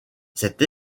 cette